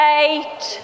eight